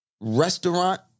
restaurant